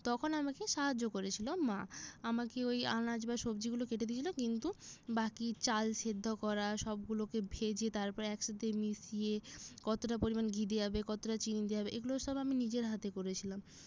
তখন আমাকে সাহায্য করেছিলো মা আমাকে ওই আনাজ বা সবজিগুলো কেটে দিয়েছিলো কিন্তু বাকি চাল সেদ্ধ করা সবগুলোকে ভেজে তারপরে একসাথে মিশিয়ে কতটা পরিমাণ ঘি দেয়া হবে কতটা চিনি দেয়া হবে এগুলো সব আমি নিজের হাতে করেছিলাম